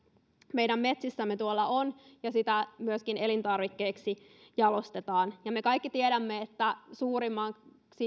meidän metsissämme on ja mitä myöskin elintarvikkeiksi jalostetaan me kaikki tiedämme että suurimmaksi